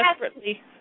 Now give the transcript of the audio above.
desperately